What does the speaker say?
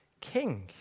king